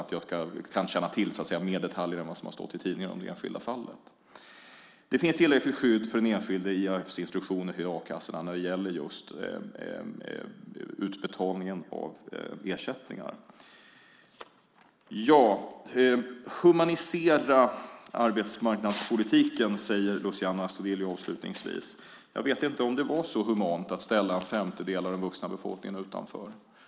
Det säger jag utan att känna till fler detaljer än vad som har stått i tidningen om det enskilda fallet. Det finns tillräckligt skydd för den enskilde i AF:s instruktioner till a-kassorna när det gäller just utbetalningen av ersättningar. Humanisera arbetsmarknadspolitiken, säger Luciano Astudillo avslutningsvis. Jag vet inte om det var så humant att ställa en femtedel av den vuxna befolkningen utanför.